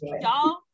y'all